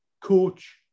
coach